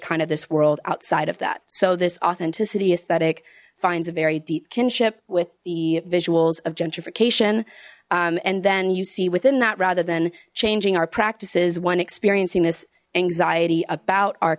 kind of this world outside of that so this authenticity aesthetic finds a very deep kinship with the visuals of gentrification and then you see within that rather than changing our practices one experiencing this anxiety about our